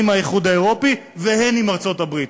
עם האיחוד האירופי והן עם ארצות-הברית?